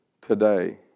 Today